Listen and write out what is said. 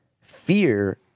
Fear